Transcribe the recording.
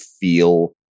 feel